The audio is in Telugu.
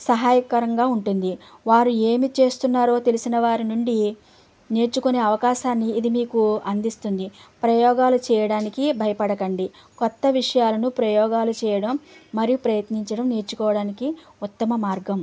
సహాయకరంగా ఉంటుంది వారు ఏమి చేస్తున్నారో తెలిసిన వారి నుండి నేర్చుకునే అవకాశాన్ని ఇది మీకు అందిస్తుంది ప్రయోగాలు చెయ్యడానికి భయపడకండి కొత్త విషయాలను ప్రయోగాలు చెయ్యడం మరియు ప్రయత్నించడం నేర్చుకోవడానికి ఉత్తమ మార్గం